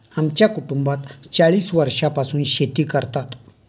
आमच्या कुटुंबात चाळीस वर्षांपासून शेती करतात